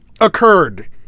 occurred